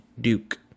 Duke